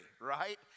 right